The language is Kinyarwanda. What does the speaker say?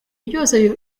byose